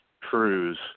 cruise